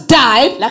died